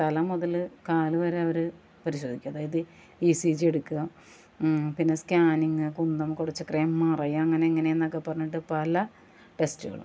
തല മുതൽ കാല് വരെ അവർ പരിശോധിക്കും അതായത് ഇ സി ജി എടുക്കുക പിന്നെ സ്കാനിങ് കുന്തം കുടച്ചക്രം എം ആർ ഐ അങ്ങനെ ഇങ്ങനേ എന്നൊക്കെ പറഞ്ഞിട്ട് പല ടെസ്റ്റുകളും